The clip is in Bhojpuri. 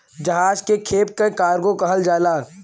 जहाज के खेप के कार्गो कहल जाला